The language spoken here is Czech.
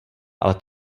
ale